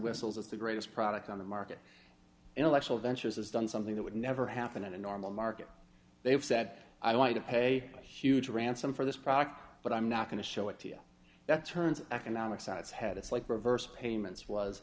whistles it's the greatest product on the market intellectual ventures has done something that would never happen in a normal market they have said i want to pay huge ransom for this product but i'm not going to show it to you that turns economics on its head it's like reverse payments was